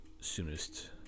soonest